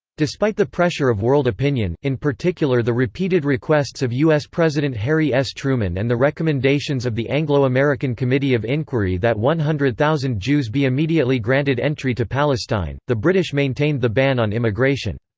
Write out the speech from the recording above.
despite the pressure of world opinion, in particular the repeated requests of us president harry s. truman and the recommendations of the anglo-american committee of inquiry that one hundred thousand jews be immediately granted entry to palestine, the british maintained the ban on immigration.